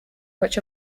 which